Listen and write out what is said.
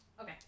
Okay